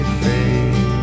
fade